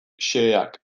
xeheak